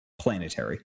planetary